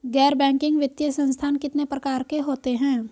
गैर बैंकिंग वित्तीय संस्थान कितने प्रकार के होते हैं?